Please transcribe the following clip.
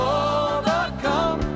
overcome